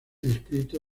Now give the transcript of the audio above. escrito